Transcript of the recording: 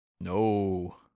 No